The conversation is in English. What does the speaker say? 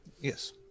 Yes